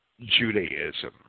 Judaism